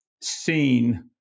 seen